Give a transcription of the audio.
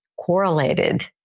correlated